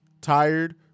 tired